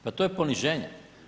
Pa to je poniženje.